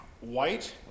White